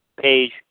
page